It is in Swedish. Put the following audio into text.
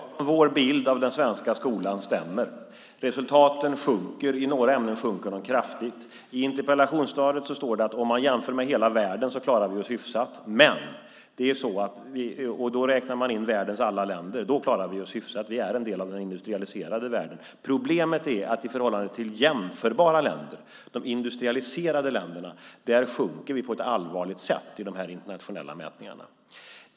Herr talman! Vår bild av den svenska skolan stämmer. Resultaten sjunker, i några ämnen kraftigt. I interpellationssvaret står det att om man jämför med hela världen klarar vi oss hyfsat, och då räknar man in världens alla länder. Vi är en del av den industrialiserade världen. Problemet är att i förhållande till jämförbara länder, de industrialiserade länderna, sjunker vi på ett allvarligt sätt i de internationella mätningarna.